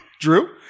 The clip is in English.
Drew